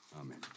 amen